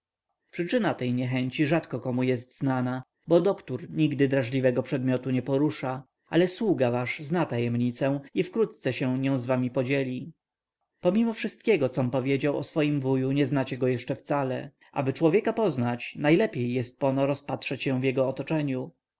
przyczyna tej niechęci rzadko komu jest znaną bo doktor nigdy drażliwego przedmiotu nie porusza ale sługa wasz zna tajemnicę i wkrótce się nią z wami podzieli pomimo wszystkiego com powiedział o swoim wuju nie znacie go jeszcze wcale aby człowieka poznać najlepiej jest pono rozpatrzeć się w jego otoczeniu